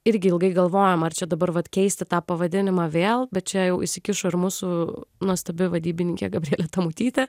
irgi ilgai galvojom ar čia dabar vat keisti tą pavadinimą vėl bet čia jau įsikišo ir mūsų nuostabi vadybininkė gabrielė tamutytė